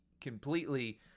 completely